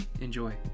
Enjoy